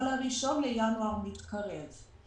אבל 1 בינואר מתקרב,